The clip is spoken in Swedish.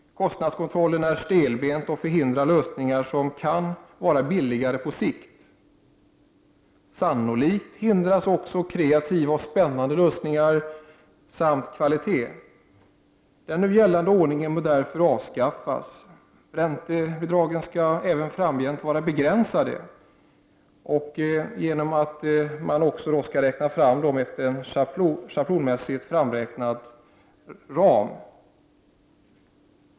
Kostnadskontrollen är stelbent och förhindrar lösningar som kan vara billigare på sikt. Sannolikt hindras också kreativa och spännande lösningar samt kvaliteten. Den nu gällande ordningen bör därför avskaffas. Räntebidragen skall även framgent vara begränsade genom att de utgår från en schablonmässigt framräknad ram.